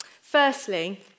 Firstly